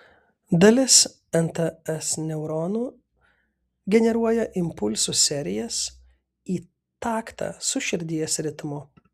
dalis nts neuronų generuoja impulsų serijas į taktą su širdies ritmu